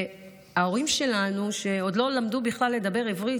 ההורים שלנו, שעוד לא למדו בכלל לדבר עברית,